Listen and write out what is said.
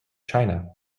china